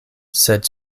sed